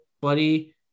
buddy